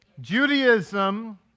judaism